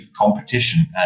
competition